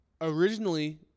originally